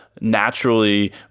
naturally